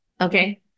okay